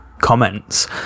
comments